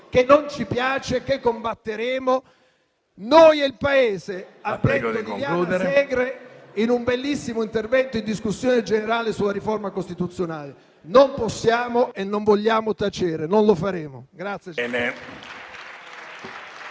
che non ci piace e che combatteremo. Noi e il Paese - ha detto Liliana Segre in un bellissimo intervento in discussione generale sulla riforma costituzionale - non possiamo e non vogliamo tacere, e non lo faremo.